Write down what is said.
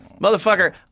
motherfucker